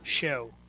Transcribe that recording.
Show